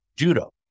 Judo